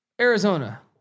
Arizona